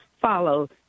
follow